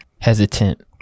hesitant